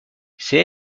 c’est